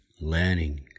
learning